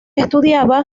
estudiaba